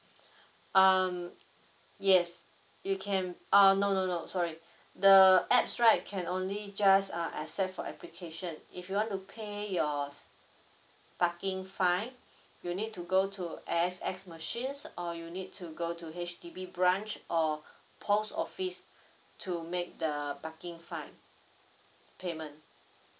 um yes you can uh no no no sorry the apps right can only just uh accept for application if you want to pay your parking fine you need to go to A_X_S machines or you need to go to H_D_B branch or post office to make the parking fine payment